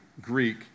Greek